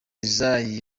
isaie